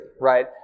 right